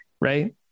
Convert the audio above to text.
right